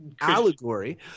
allegory